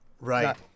Right